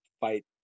fight